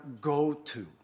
go-to